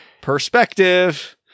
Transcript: perspective